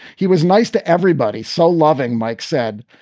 he was nice to everybody. so loving, mike said.